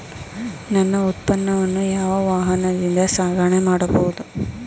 ನನ್ನ ಉತ್ಪನ್ನವನ್ನು ಯಾವ ವಾಹನದಿಂದ ಸಾಗಣೆ ಮಾಡಬಹುದು?